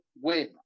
win